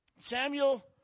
Samuel